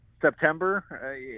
september